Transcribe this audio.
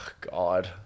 God